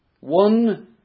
One